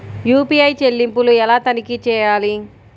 UPI చెల్లింపులు ఎలా తనిఖీ చేయాలి?